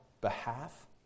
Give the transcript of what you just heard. behalf